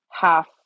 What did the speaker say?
half